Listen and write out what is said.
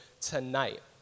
tonight